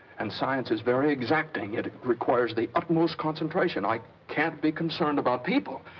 and science is very exacting. it requires the utmost concentration. i can't be concerned about people.